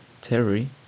Terry